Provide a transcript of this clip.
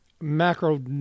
macro